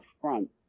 front